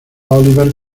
oliver